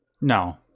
No